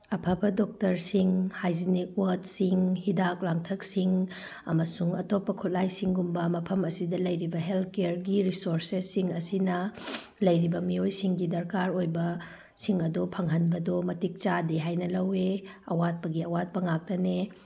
ꯑꯐꯕ ꯗꯣꯛꯇꯔꯁꯤꯡ ꯍꯥꯏꯖꯅꯤꯛ ꯄꯣꯠꯁꯤꯡ ꯍꯤꯗꯥꯛ ꯂꯥꯡꯊꯛꯁꯤꯡ ꯑꯃꯁꯨꯡ ꯑꯇꯣꯞꯄ ꯈꯨꯠꯂꯥꯏꯁꯤꯡꯒꯨꯝꯕ ꯃꯐꯝ ꯑꯁꯤꯗ ꯂꯩꯔꯤꯕ ꯍꯦꯜꯊ ꯀꯦꯌꯔꯒꯤ ꯔꯤꯁꯣꯔꯁꯦꯁꯁꯤꯡ ꯑꯁꯤꯅ ꯂꯩꯔꯤꯕ ꯃꯤꯑꯣꯏꯁꯤꯡꯒꯤ ꯗꯔꯀꯥꯔ ꯑꯣꯏꯕꯁꯤꯡ ꯑꯗꯨ ꯐꯪꯍꯟꯕꯗꯨ ꯃꯇꯤꯛ ꯆꯥꯗꯦ ꯍꯥꯏꯅ ꯂꯧꯏ ꯑꯋꯥꯠꯄꯒꯤ ꯑꯋꯥꯠꯄ ꯉꯥꯛꯇꯅꯦ